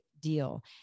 deal